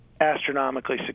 astronomically